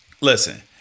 listen